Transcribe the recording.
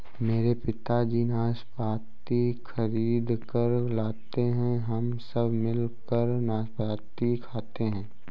मेरे पिताजी नाशपाती खरीद कर लाते हैं हम सब मिलकर नाशपाती खाते हैं